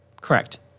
Correct